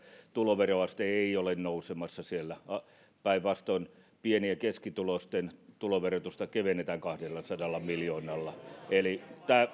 tuloveroaste ei ole nousemassa siellä vaan päinvastoin pieni ja keskituloisten tuloverotusta kevennetään kahdellasadalla miljoonalla eli